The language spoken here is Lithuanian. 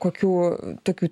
kokių tokių